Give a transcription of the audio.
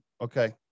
okay